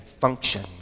function